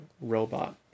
robot